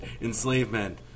enslavement